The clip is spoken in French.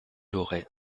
aurait